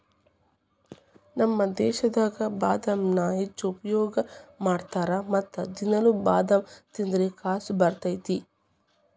ನಮ್ಮ ದೇಶದಾಗ ಬಾದಾಮನ್ನಾ ಹೆಚ್ಚು ಉಪಯೋಗ ಮಾಡತಾರ ಮತ್ತ ದಿನಾಲು ಬಾದಾಮ ತಿಂದ್ರ ಕಸು ಬರ್ತೈತಿ